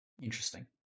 interesting